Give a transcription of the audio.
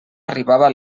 arribava